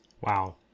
Wow